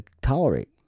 tolerate